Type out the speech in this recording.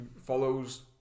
follows